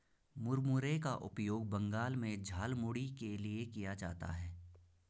मुरमुरे का उपयोग बंगाल में झालमुड़ी के लिए किया जाता है